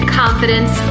confidence